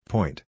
Point